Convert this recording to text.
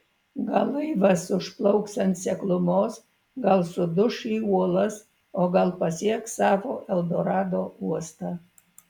gal laivas užplauks ant seklumos gal suduš į uolas o gal pasieks savo eldorado uostą